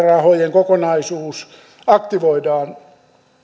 kokonaisuus aktivoidaan